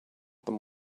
them